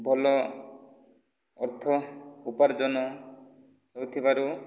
ଭଲ ଅର୍ଥ ଉପାର୍ଜନ ହୋଇଥିବାରୁ